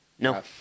no